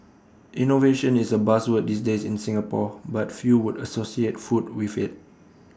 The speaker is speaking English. innovation is A buzzword these days in Singapore but few would associate food with IT